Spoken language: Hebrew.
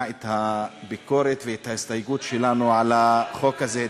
את הביקורת ואת ההסתייגות שלנו מהחוק הזה.